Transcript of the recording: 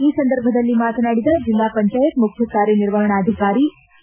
ಈ ಸಂದರ್ಭದಲ್ಲಿ ಮಾತನಾಡಿದ ಜೆಲ್ಲಾ ಪಂಚಾಯತ್ ಮುಖ್ಯ ಕಾರ್ಯ ನಿರ್ವಹಣಾಧಿಕಾರಿ ಕೆ